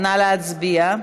נא להצביע.